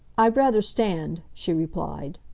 i'd rather stand, she replied.